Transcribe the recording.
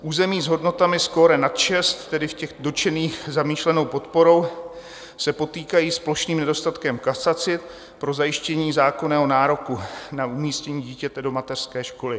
Území s hodnotami skóre nad 6, tedy v těch dotčených zamýšlenou podporou, se potýkají s plošným nedostatkem kapacit pro zajištění zákonného nároku na umístění dítěte do mateřské školy.